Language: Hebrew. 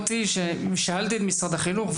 שאלתי את משרד החינוך,